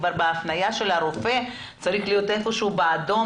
כבר בהפניה של הרופא צריך להיות רשום באדום